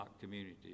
Community